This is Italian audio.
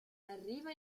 arrivano